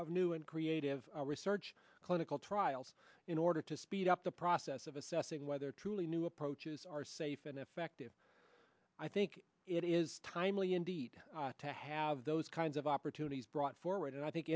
of new and creative research clinical trials in order to speed up the process of assessing whether truly new approaches are safe and effective i think it is timely indeed to have those kinds of opportunities brought forward and i think